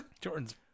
Jordan's